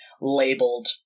labeled